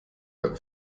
beim